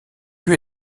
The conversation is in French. lieu